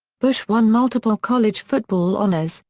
bush won multiple college football honors,